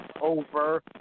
over